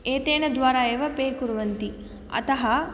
एतेन द्वारा एव पे कुर्वन्ति अतः